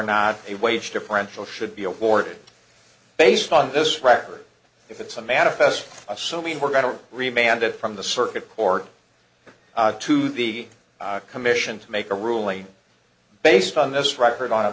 not a wage differential should be awarded based on this record if it's a manifest assuming we're going to remain and if from the circuit court to the commission to make a ruling based on this record on